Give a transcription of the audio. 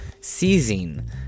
seizing